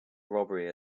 robbery